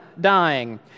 dying